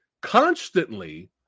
constantly